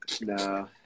No